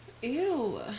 Ew